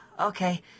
Okay